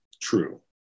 true